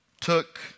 Took